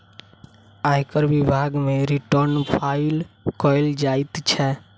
आयकर विभाग मे रिटर्न फाइल कयल जाइत छै